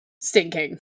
Stinking